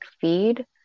feed